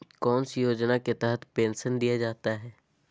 कौन सी योजना के तहत पेंसन दिया जाता है?